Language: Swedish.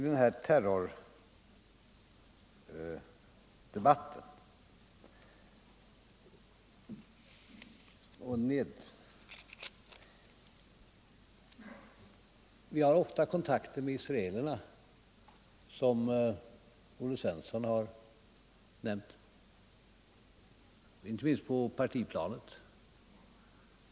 Vi har, som Olle Svensson har nämnt, ofta kontakter med israelerna, inte minst på partiplanet.